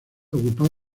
ocupaba